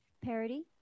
Parody